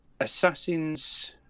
Assassin's